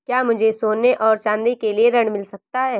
क्या मुझे सोने और चाँदी के लिए ऋण मिल सकता है?